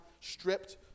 stripped